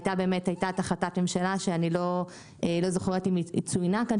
הייתה באמת החלטת ממשלה שאני לא זוכרת אם היא צוינה כאן,